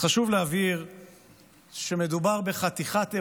חברי הכנסת,